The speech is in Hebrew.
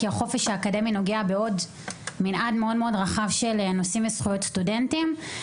כי החופש האקדמי נוגע בעוד מנעד רחב מאוד של נושאים וזכויות סטודנטים.